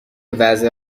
وضع